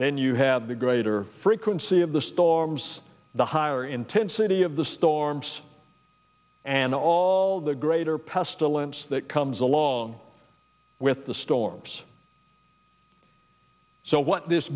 then you have the greater frequency of the storms the higher intensity of the storms and all the greater pestilence that comes along with the storms so what this